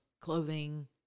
clothing